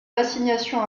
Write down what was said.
l’assignation